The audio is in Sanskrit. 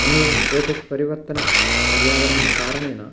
अन्ये एतत् परिवर्तनं पर्यावरणकारणेन